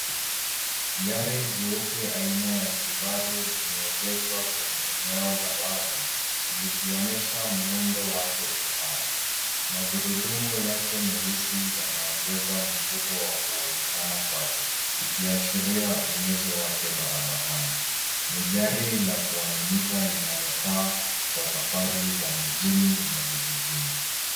Gari jeupe aina ya Subaru limeegeshwa kwenye eneo la wazi, likionesha muundo wake imara. Magurudumu yake meusi yanaongeza mvuto wa kuonekana kwake, ikiashirira uwezo wake barabarani. Ni gari la kuaminika linalofaa kwa safari za mijini na vijijini.